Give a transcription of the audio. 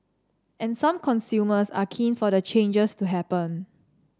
and some consumers are keen for the changes to happen